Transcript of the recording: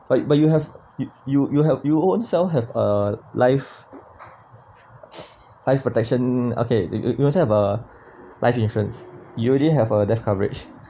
but you but you have you you you help you own self have a life life protection okay you also have a life insurance you already have a death coverage